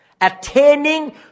Attaining